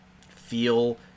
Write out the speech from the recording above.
feel